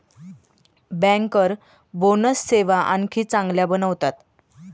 banker bonus सेवा आणखी चांगल्या बनवतात